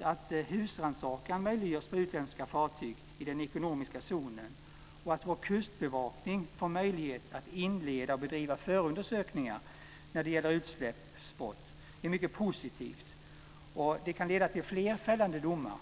att husrannsakan möjliggörs på utländska fartyg i den ekonomiska zonen och att vår kustbevakning får möjlighet att inleda och bedriva förundersökningar när det gäller utsläppsbrott är mycket positivt. Det kan leda till fler fällande domar.